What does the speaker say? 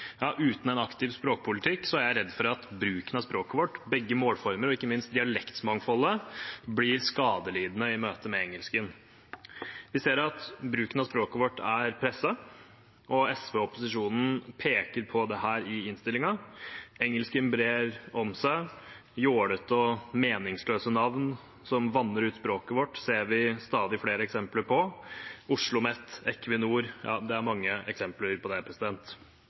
Uten en aktiv språkpolitikk er jeg redd for at bruken av språket vårt, begge målformer og ikke minst dialektmangfoldet blir skadelidende i møte med engelsken. Vi ser at bruken av språket vårt er presset, og SV og opposisjonen peker på dette i innstillingen. Engelsken brer om seg, og jålete og meningsløse navn som vanner ut språket vårt, ser vi stadig flere eksempler på – Oslomet, Equinor, ja, det er mange eksempler på det.